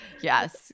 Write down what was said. Yes